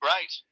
Right